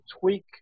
tweak